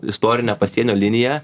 istorinę pasienio liniją